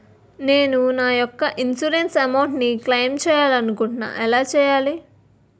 నేను నా యెక్క ఇన్సురెన్స్ అమౌంట్ ను క్లైమ్ చేయాలనుకుంటున్నా ఎలా చేయాలి?